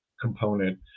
component